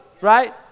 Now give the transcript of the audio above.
right